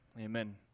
amen